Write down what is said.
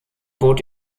bot